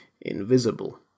invisible